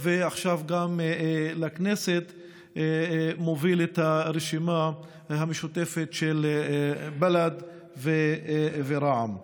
ועכשיו גם בכנסת הוא מוביל את הרשימה המשותפת של בל"ד ורע"מ.